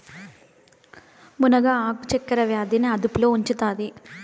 మునగ ఆకు చక్కర వ్యాధి ని అదుపులో ఉంచుతాది